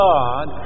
God